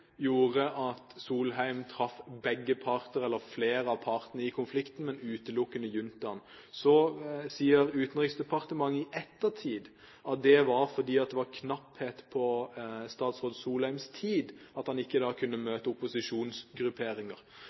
traff begge parter, eller flere av partene i konflikten, men utelukkende juntaen. Så sier Utenriksdepartementet i ettertid at han ikke kunne møte opposisjonsgrupperinger fordi det var knapphet på statsråd Solheims tid. Problemet er at